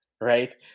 Right